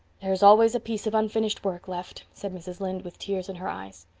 there's always a piece of unfinished work left, said mrs. lynde, with tears in her eyes.